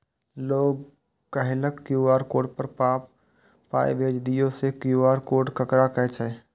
लोग कहलक QR code पर पाय भेज दियौ से क्यू.आर कोड ककरा कहै छै?